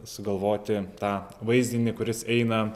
sugalvoti tą vaizdinį kuris eina